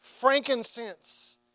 frankincense